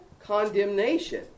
condemnation